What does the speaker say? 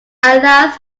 allows